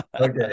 Okay